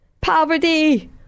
poverty